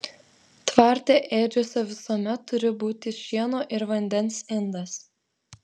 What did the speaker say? tvarte ėdžiose visuomet turi būti šieno ir vandens indas